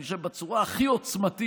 אני חושב, בצורה הכי עוצמתית,